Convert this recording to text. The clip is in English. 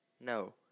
No